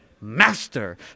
master